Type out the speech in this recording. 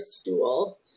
stool